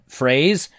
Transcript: phrase